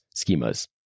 schemas